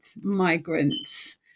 migrants